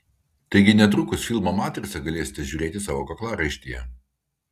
taigi netrukus filmą matrica galėsite žiūrėti savo kaklaraištyje